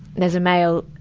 there's a male, ah,